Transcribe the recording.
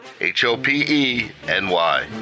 H-O-P-E-N-Y